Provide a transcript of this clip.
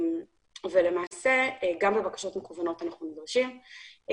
למעשה גם בבקשות מקוונות אנחנו נדרשים.